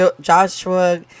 Joshua